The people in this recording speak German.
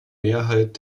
mehrheit